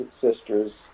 sisters